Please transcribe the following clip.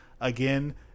again